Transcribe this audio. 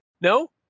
No